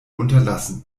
unterlassen